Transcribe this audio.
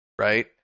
right